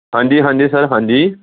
ਹਾਂਜੀ ਹਾਂਜੀ ਸਰ ਹਾਂਜੀ